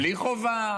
בלי חובה,